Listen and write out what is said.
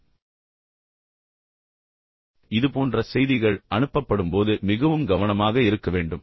எனவே இதுபோன்ற செய்திகள் அனுப்பப்படும்போது நீங்கள் மிகவும் கவனமாக இருக்க வேண்டும்